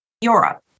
Europe